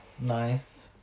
Nice